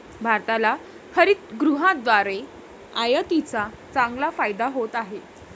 भारताला हरितगृहाद्वारे आयातीचा चांगला फायदा होत आहे